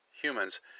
humans